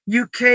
UK